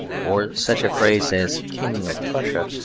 or such a phrase as king of prussia,